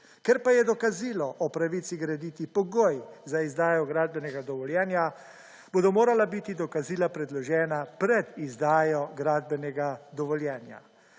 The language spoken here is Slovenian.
Ker pa je dokazilo o pravici graditi pogoj za izdajo gradbenega dovoljenja bodo morala biti dokazila predložena pred izdajo gradbenega dovoljenja.